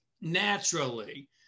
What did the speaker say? naturally